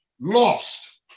lost